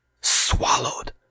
swallowed